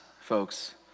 folks